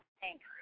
Thanks